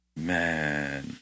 Man